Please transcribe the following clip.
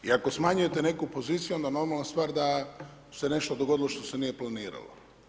I ako smanjujete neku poziciju onda normalna stvar da se nešto dogodilo što se nije planiralo.